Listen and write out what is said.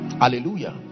hallelujah